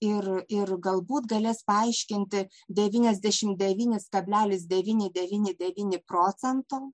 ir ir galbūt galės paaiškinti devyniasdešimt devynis kablelis devyni devyni devyni procento